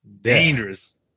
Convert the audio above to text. dangerous